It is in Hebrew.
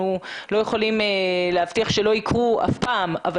אנחנו לא יכולים להבטיח שמקרים כאלה אף פעם לא יקרו אבל